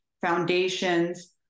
foundations